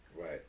right